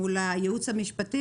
מול הייעוץ המשפטי,